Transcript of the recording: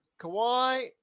Kawhi